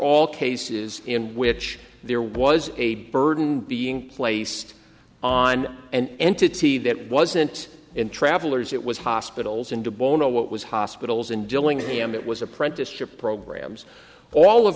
all cases in which there was a burden being placed on and entity that wasn't in travelers it was hospitals and debono what was hospitals in dillingham it was apprenticeship programs all of